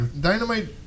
Dynamite